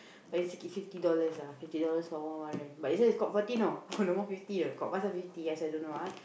but is okay fifty dollar ah fifty dollars for one one rank but this one got forty know ah no more fifty know fifty so i don't know ah